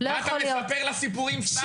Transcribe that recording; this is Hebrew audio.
-- מה אתה מספר לה סיפורים סתם,